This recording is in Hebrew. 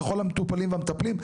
לכל המטופלים והמטפלים,